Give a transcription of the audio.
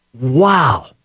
Wow